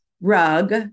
rug